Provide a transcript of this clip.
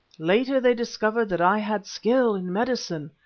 later they discovered that i had skill in medicine,